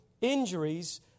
injuries